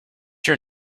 your